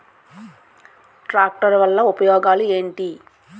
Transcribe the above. Tractor వల్ల ఉపయోగాలు ఏంటీ?